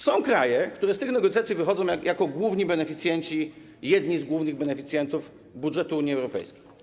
Są kraje, które z tych negocjacji wychodzą jako główni beneficjenci, jedni z głównych beneficjentów budżetu Unii Europejskiej.